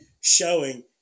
showing